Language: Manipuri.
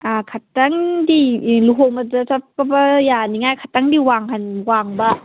ꯑꯥ ꯈꯛꯇꯪꯗꯤ ꯂꯨꯍꯣꯡꯕꯗ ꯆꯠꯄ ꯌꯥꯅꯤꯡꯉꯥꯏ ꯈꯤꯇꯪꯗꯤ ꯋꯥꯡꯕ